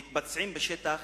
מתבצעים בשטח